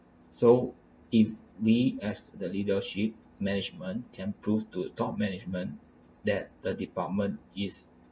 so if we as the leadership management can prove to the top management that the department is